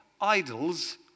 idols